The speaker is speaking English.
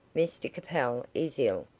mr capel is ill.